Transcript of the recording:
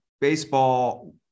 baseball